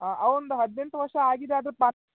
ಹಾಂ ಅವನದು ಹದಿನೆಂಟು ವರ್ಷ ಆಗಿದೆ ಆದರೂ ಪಾ